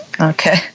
Okay